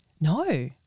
No